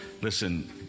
listen